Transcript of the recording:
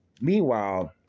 meanwhile